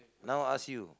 now ask you